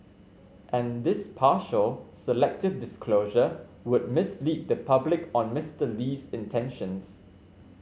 and this partial selective disclosure would mislead the public on Mister Lee's intentions